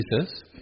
Jesus